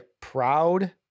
proud